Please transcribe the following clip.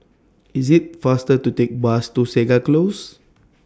IT IS faster to Take Bus to Segar Close